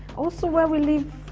also where we live,